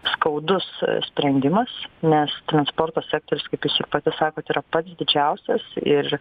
skaudus sprendimas nes transporto sektorius kaip jūs ir pati sakot yra pats didžiausias ir